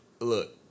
look